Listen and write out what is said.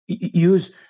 Use